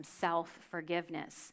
self-forgiveness